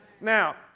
Now